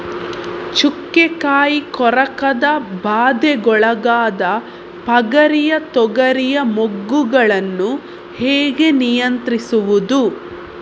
ಚುಕ್ಕೆ ಕಾಯಿ ಕೊರಕದ ಬಾಧೆಗೊಳಗಾದ ಪಗರಿಯ ತೊಗರಿಯ ಮೊಗ್ಗುಗಳನ್ನು ಹೇಗೆ ನಿಯಂತ್ರಿಸುವುದು?